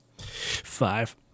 Five